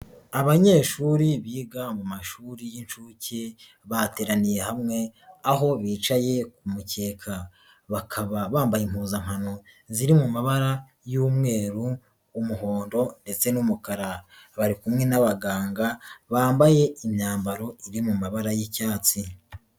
Abanyeshuri biga mu mashuri y'inshuke bateraniye hamwe aho bicaye ku mukeka, bakaba bambaye impuzankano ziri mu mabara y'umweru, umuhondo ndetse n'umukara, bari kumwe n'abaganga bambaye imyambaro iri mu mabara y'icyatsi.